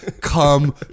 come